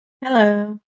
Hello